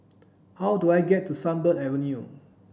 how do I get to Sunbird Avenue